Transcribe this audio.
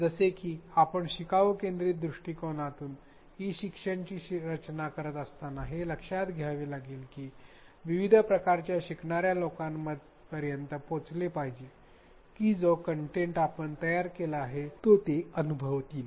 जसे की आपण शिकाऊ केंद्रित दृष्टिकोनातून ई शिक्षण ची रचना करीत असताना हे लक्षात घ्यावे लागेल की विविध प्रकारच्या शिकणार्या लोकांपर्यंत पोचले पाहिजेकी जो कंटेंट आपण तयार केला आहे तो ते अनुभवतील